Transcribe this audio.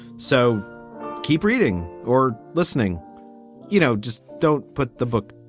so keep reading or listening you know, just don't put the book.